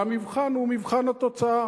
והמבחן הוא מבחן התוצאה.